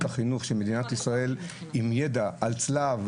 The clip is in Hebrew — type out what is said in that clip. החינוך של מדינת ישראל עם ידע על צלב,